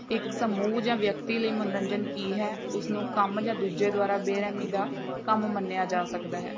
ਇੱਕ ਸਮੂਹ ਜਾਂ ਵਿਅਕਤੀ ਲਈ ਮਨੋਰੰਜਨ ਕੀ ਹੈ ਉਸਨੂੰ ਕੰਮ ਜਾਂ ਦੂਜੇ ਦੁਆਰਾ ਬੇਰਹਿਮੀ ਦਾ ਕੰਮ ਮੰਨਿਆ ਜਾ ਸਕਦਾ ਹੈ